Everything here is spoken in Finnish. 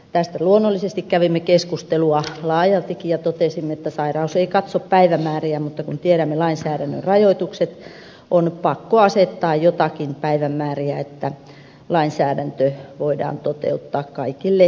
tästä luonnollisesti kävimme keskustelua laajaltikin ja totesimme että sairaus ei katso päivämääriä mutta kun tiedämme lainsäädännön rajoitukset on pakko asettaa joitakin päivämääriä että lainsäädäntö voidaan toteuttaa kaikille suhteellisen oikeudenmukaisesti